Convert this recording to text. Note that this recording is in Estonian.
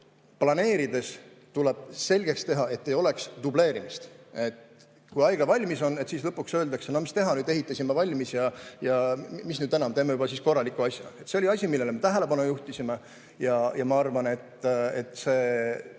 planeerides tuleb selgeks teha, et ei oleks dubleerimist. Et kui haigla valmis on, siis lõpuks öeldakse: no mis teha, nüüd ehitasime valmis ja mis nüüd enam, teeme siis juba korraliku asja. See oli asi, millele me tähelepanu juhtisime, ja ma arvan, et see